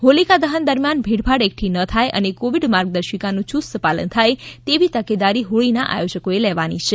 હોલિકા દહન દરમ્યાન ભીડભાડ એકઠી ન થાય અને કોવિડ માર્ગદર્શિકાનું યુસ્ત પાલન થા તેવી તકેદારી હોળીના આયોજકોએ લેવાની છે